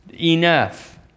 Enough